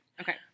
Okay